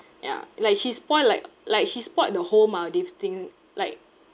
ya like she spoil like like she spoilt the whole maldives thing like